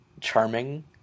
charming